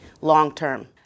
long-term